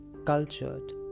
cultured